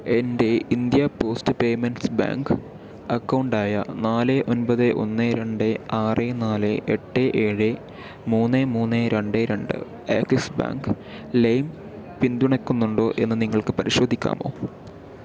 എൻ്റെ India post payments bank account ആയ നാല് ഒൻപത് ഒന് രണ്ട് ആറ് നാല് എട്ട് ഏഴ് മൂന്ന് മൂന്ന് രണ്ട് രണ്ട് ആക്സിസ് ബാങ്ക് ലൈം പിന്തുണയ്ക്കുന്നുണ്ടോ എന്ന് നിങ്ങൾക്ക് പരിശോധിക്കാമോ